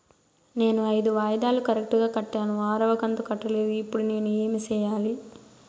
నేను ఐదు వాయిదాలు కరెక్టు గా కట్టాను, ఆరవ కంతు కట్టలేదు, ఇప్పుడు నేను ఏమి సెయ్యాలి?